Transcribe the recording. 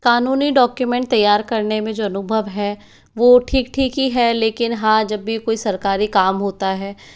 कानूनी डॉक्यूमेंट तैयार करने में जो अनुभव है वो ठीक ठीक ही है लेकिन हाँ जब भी कोई सरकारी काम होता है